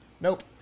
Nope